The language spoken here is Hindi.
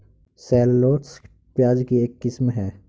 शैललॉटस, प्याज की एक किस्म है